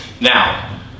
now